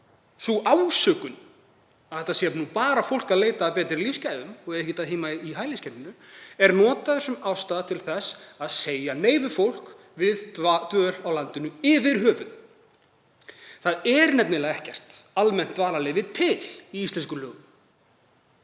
sú ásökun að þetta sé bara fólk að leita að betri lífsgæðum og eigi ekkert heima í hæliskerfinu, er notaður sem ástæða til þess að segja nei við fólk til að fá dvöl á landinu yfir höfuð. Það er nefnilega ekkert almennt dvalarleyfi til í íslenskum lögum.